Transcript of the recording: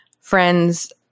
Friends